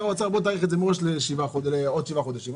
האוצר: תאריך את זה לעוד שבעה חודשים.